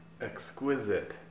exquisite